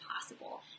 possible